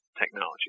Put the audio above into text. technology